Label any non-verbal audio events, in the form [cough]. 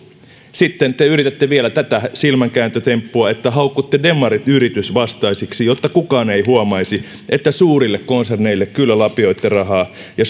sitten te yritätte vielä tätä silmänkääntötemppua että haukutte demarit yritysvastaisiksi jotta kukaan ei huomaisi että suurille konserneille kyllä lapioitte rahaa ja [unintelligible]